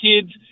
kids